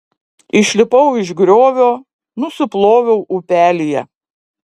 išlipau iš griovio nusiploviau upelyje